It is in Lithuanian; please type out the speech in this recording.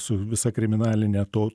su visa kriminaline to